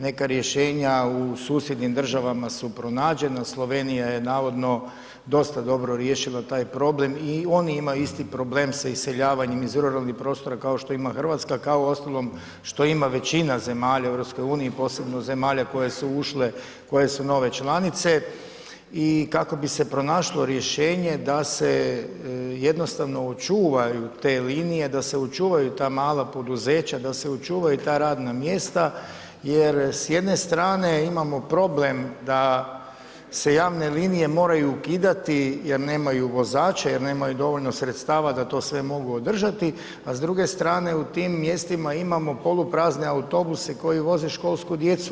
Neka rješenja u susjednim državama su pronađena, Slovenija je navodno dosta dobro riješila taj problem i oni imaju isti problem sa iseljavanjem iz ruralnih prostora, kao što ima Hrvatska, kao uostalom, što ima većina zemalja u EU, posebno zemalja koje su ušle koje su nove članice i kako bi se ponašalo rješenje, da se jednostavno očuvaju te linije, da se očuvaju ta mala poduzeća, da se očuvaju ta radna mjesta, jer s jedne strane, imamo probleme, da se javne linije moraju ukidati, jer nemaju vozača, jer nemaju dovoljno sredstava, da sve to mogu održati, a s druge strane, u tim mjestima imamo poluprazne autobuse koji voze školsku djecu.